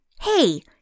Hey